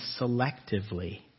selectively